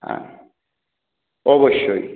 হ্যাঁ অবশ্যই